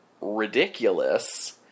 ridiculous